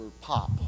pop